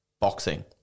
boxing